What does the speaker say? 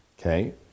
Okay